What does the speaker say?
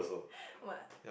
what